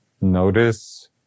Notice